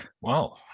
Wow